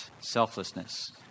selflessness